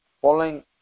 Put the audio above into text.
following